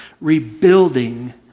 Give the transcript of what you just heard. rebuilding